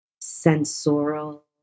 sensorial